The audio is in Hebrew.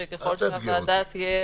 שככל שהוועדה תהיה